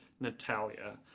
Natalia